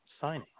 signing